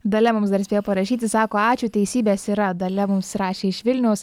dalia mums dar spėjo parašyti sako ačiū teisybės yra dalia mums rašė iš vilniaus